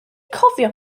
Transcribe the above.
cofio